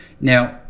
now